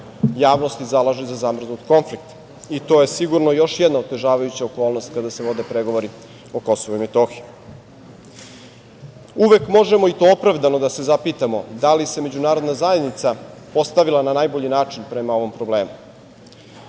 javnosti zalaže za zamrznut konflikt i to je sigurno još jedna otežavajuća okolnost kada se vode pregovori o Kosovu i Metohiji. Uvek možemo, i to opravdano, da se zapitamo da li se međunarodna zajednica postavila na najbolji način prema ovom problemu?